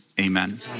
Amen